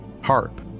harp